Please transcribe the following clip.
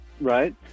Right